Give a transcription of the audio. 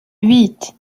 huit